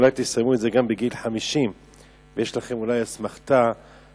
אולי תסיימו את זה גם כן בגיל 50. יש לכם אולי אסמכתה מהתורה,